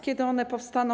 Kiedy one powstaną?